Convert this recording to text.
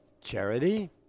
Charity